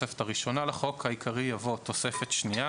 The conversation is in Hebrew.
לחוק העיקרי יבוא: "תוספת שנייה